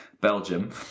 Belgium